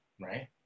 Right